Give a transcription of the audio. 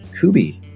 Kubi